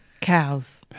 Cows